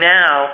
now